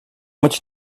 much